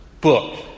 book